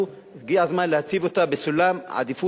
הגיע הזמן להציב את הסוגיה הזאת ראשונה בסולם העדיפויות.